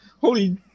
Holy